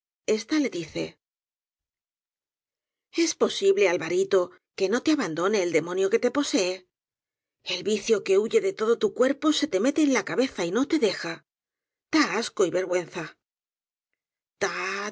ésta le dice es posible alvarito que no te abandone el demonio que te posee el vicio que huye de todo tu cuerpo se te mete en la cabeza y no te deja da asco y vergüenza